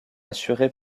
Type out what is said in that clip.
assurée